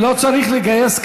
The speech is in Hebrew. לא צריך לגייס,